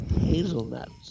hazelnuts